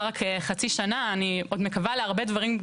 וההגירה הלא חוקית הוא מאוד קשה ומאוד מאתגר